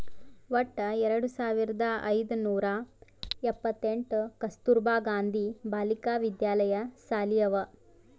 ವಟ್ಟ ಎರಡು ಸಾವಿರದ ಐಯ್ದ ನೂರಾ ಎಪ್ಪತ್ತೆಂಟ್ ಕಸ್ತೂರ್ಬಾ ಗಾಂಧಿ ಬಾಲಿಕಾ ವಿದ್ಯಾಲಯ ಸಾಲಿ ಅವಾ